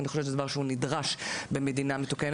כי אני חושבת שזה דבר שהוא נדרש במדינה מתוקנת,